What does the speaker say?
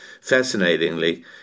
Fascinatingly